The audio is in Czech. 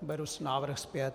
Beru návrh zpět.